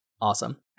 awesome